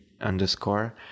underscore